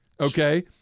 Okay